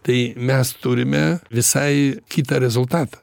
tai mes turime visai kitą rezultatą